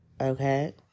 Okay